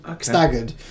staggered